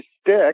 stick